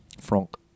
Frank